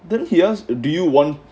then he ask do you want